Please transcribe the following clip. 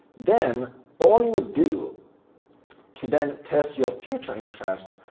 then all you would do to then test your future interest,